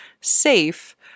safe